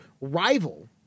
rival